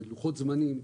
בלוחות זמנים,